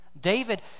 David